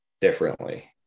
differently